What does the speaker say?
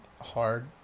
hard